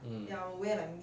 mm